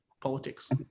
politics